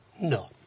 No